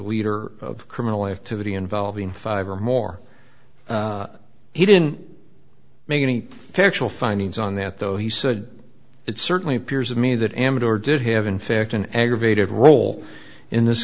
leader of criminal activity involving five or more he didn't make any factual findings on that though he said it certainly appears to me that amador did have in fact an aggravated role in this